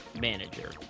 manager